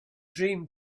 dream